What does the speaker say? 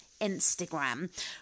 instagram